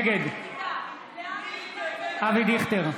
נגד אבי דיכטר,